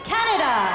Canada